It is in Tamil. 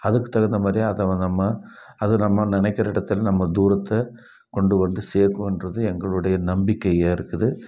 அதுக்கு தகுந்த மாதிரி அதை நம்ம அது நம்ம நினைக்கிற இடத்துல நம்ம தூரத்தை கொண்டு வந்து சேர்க்குன்றது எங்களுடைய நம்பிக்கையாக இருக்குது